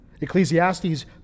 ecclesiastes